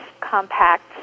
compact